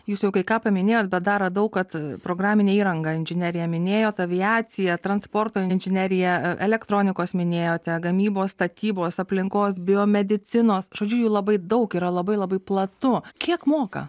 jūs jau kai ką paminėjot bet dar radau kad programinė įranga inžineriją minėjot aviacija transporto inžinerija elektronikos minėjote gamybos statybos aplinkos biomedicinos žodžiu jų labai daug yra labai labai platu kiek moka